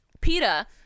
PETA